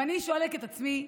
ואני שואלת את עצמי: